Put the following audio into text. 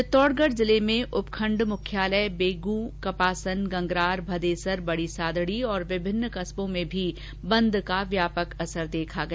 चित्तौड़गढ जिले में उपखंड मुख्यालय बेगूं कपासन गंगरार भदेसर बडी सादड़ी और विभिन्न कस्बो में भी बंदका व्यापक असर देखा गया